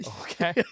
okay